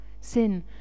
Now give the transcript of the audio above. Sin